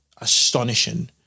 astonishing